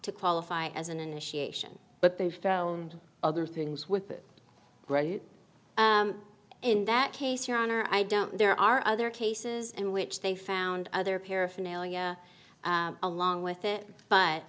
to qualify as an initiation but they've thrown other things with it in that case your honor i don't there are other cases and which they found other paraphernalia along with it but